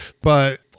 But-